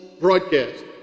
broadcast